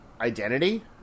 identity